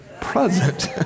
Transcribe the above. present